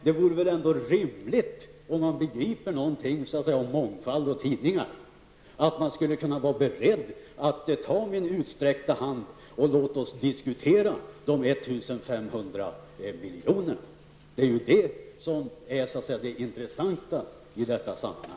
Det vore väl ändå rimligt, om man begriper någonting om mångfald och tidningar, att ta min utsträckta hand och diskutera de 1 500 miljonerna.